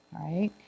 right